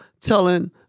telling